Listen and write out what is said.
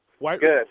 Good